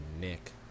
Nick